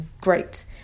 great